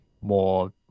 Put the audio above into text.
more